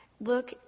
Look